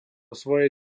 svoje